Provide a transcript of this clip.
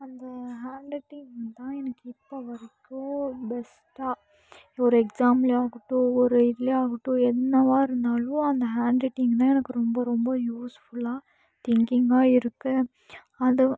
அந்த handwriting தான் எனக்கு இப்போ வரைக்கும் பெஸ்ட்டாக ஒரு எக்ஸாம்லயா ஆகட்டும் ஒரு இதிலயும் ஆகட்டும் என்னவா இருந்தாலும் அந்த ஹேண்ட் ரைட்டிங் தான் எனக்கு ரொம்ப ரொம்ப யூஸ்ஃபுல்லான திங்கிங்காக இருக்குது அதுவும்